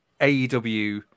AEW